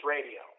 Radio